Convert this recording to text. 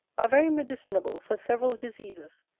are very medicinable for several diseases,